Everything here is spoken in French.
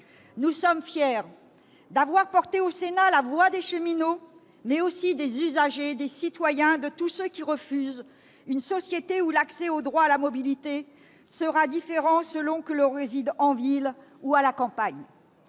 Nous sommes fiers d'avoir porté au Sénat la voix des cheminots, mais aussi celle des usagers, des citoyens et de tous ceux qui refusent une société dans laquelle l'accès au droit à la mobilité sera différent selon que l'on réside en ville ou à la campagne.